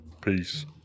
Peace